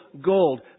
gold